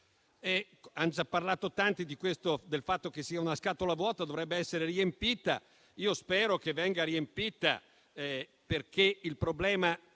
Hanno già parlato in molti del fatto che questo Piano sia una scatola vuota, che dovrebbe essere riempita. Io spero che venga riempita, perché il problema